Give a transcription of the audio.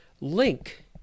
link